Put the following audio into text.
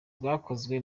bwakozwe